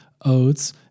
oats